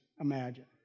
imagine